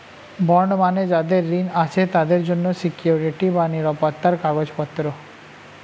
bond মানে যাদের ঋণ আছে তাদের জন্য সিকুইরিটি বা নিরাপত্তার কাগজপত্র